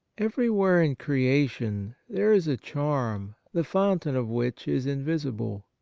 everywhere in creation there is a charm, the fountain of which is invisible.